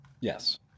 Yes